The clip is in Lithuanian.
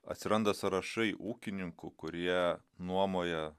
atsiranda sąrašai ūkininkų kurie nuomoja